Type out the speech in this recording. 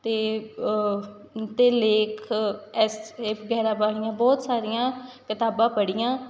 ਅਤੇ ਅਤੇ ਲੇਖ ਐਸੇ ਵਗੈਰਾ ਵਾਲੀਆਂ ਬਹੁਤ ਸਾਰੀਆਂ ਕਿਤਾਬਾਂ ਪੜ੍ਹੀਆਂ